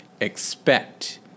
expect